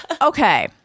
Okay